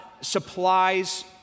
supplies